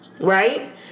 Right